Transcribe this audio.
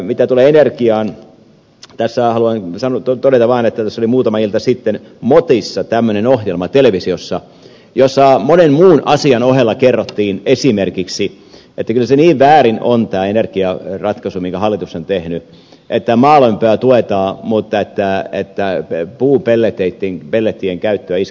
mitä tulee energiaan tässä haluan todeta vaan että tässä oli muutama ilta sitten mot tämmöinen ohjelma televisiossa jossa monen muun asian ohella kerrottiin esimerkiksi että kyllä tämä energiaratkaisu minkä hallitus on tehnyt niin väärin on että maalämpöä tuetaan mutta että puupellettien käyttöä isketään nyt päähän